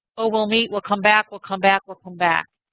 oh, we'll meet, we'll come back. we'll come back, we'll come back.